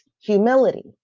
humility